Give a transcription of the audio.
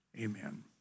amen